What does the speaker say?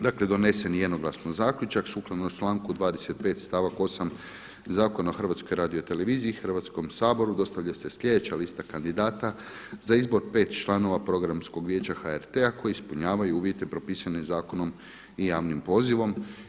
Dakle donesen je jednoglasno zaključak sukladno članku 25. stavak 8. Zakona o HRT-u, Hrvatskom saboru dostavlja se sljedeća lista kandidata za izbor pet članova Programskog vijeća HRT-a koji ispunjavaju uvjete propisane zakonom i javnim pozivom.